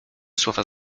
słowa